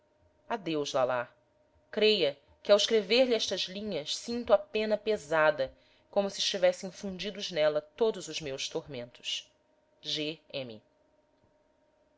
adeus lalá creia que ao escrever-lhe estas linhas sinto a pena pesada como se estivessem fundidos nela todos os meus tormentos g m